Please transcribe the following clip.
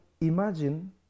imagine